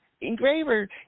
Engraver